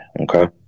Okay